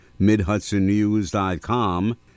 MidHudsonNews.com